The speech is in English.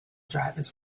drivers